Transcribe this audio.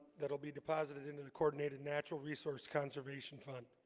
that will be deposited into the coordinated natural resource conservation fund